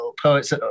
poets